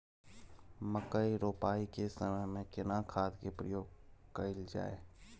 मकई रोपाई के समय में केना खाद के प्रयोग कैल जाय?